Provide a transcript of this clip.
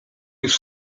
już